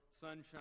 sunshine